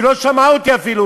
היא לא שמעה אותי אפילו.